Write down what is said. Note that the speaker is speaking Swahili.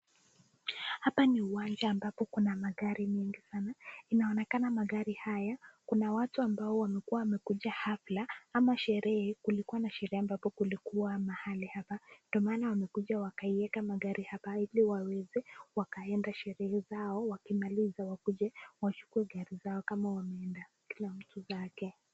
Hapa ni uwanja ambapo kuna mambo mingi sana inaonekana magari haya kuna watu ambao wamekuwa wamekuja afya ama sherehe kulikuwa na sherehe ambapo kulikuwa mahali hapa ndio maana wamekuja wakaiweka magari hapa ili waweze wakaende sherehe zao wakimaliza wakuje wachukue gari zao kama wameenda kila mtu zake.